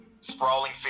sprawling